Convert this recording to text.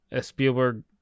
Spielberg